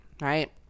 right